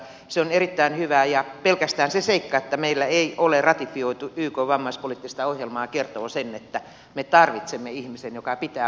se on erittäin hyvä ja pelkästään se seikka että meillä ei ole ratifioitu ykn vammaispoliittista ohjelmaa kertoo sen että me tarvitsemme ihmisen joka pitää vammaisista huolta